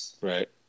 Right